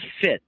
fit